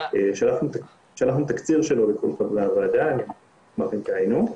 שלחנו תקציר שלו לכל חברי הוועדה, אשמח אם תעיינו.